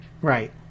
Right